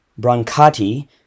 Brancati